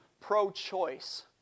pro-choice